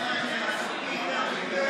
חבר הכנסת אשר.